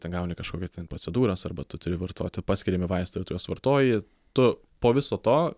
ten gauni kažkokią ten procedūras arba tu turi vartoti paskiriami vaistai ir tu juos vartoji tu po viso to